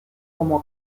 como